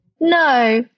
No